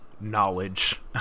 knowledge